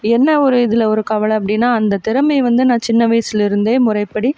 என்ன ஒரு இதில் ஒரு கவலை அப்படின்னா அந்த திறமையை வந்து நான் சின்ன வயசுலேருந்தே முறைப்படி